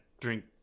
drink